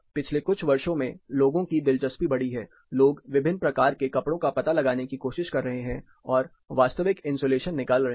पिछले कुछ वर्षों में लोगों की दिलचस्पी बढ़ी है लोग विभिन्न प्रकार के कपड़ों का पता लगाने की कोशिश कर रहे हैं और वास्तविक इन्सुलेशन निकाल रहे है